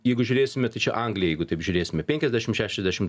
jeigu žiūrėsime tai čia anglijoj jeigu taip žiūrėsime penkiasdešim šešiasdešim